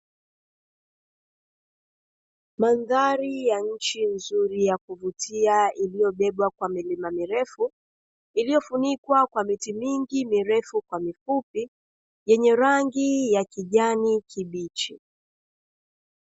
Mandhari ya nchi nzuri ya kuvutia, iliyobebwa na milima mirefu, iliyofunikwa na miti mingi mirefu, yenye rangi ya kijani kibichi.